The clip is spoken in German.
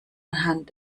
anhand